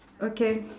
okay